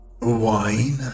Wine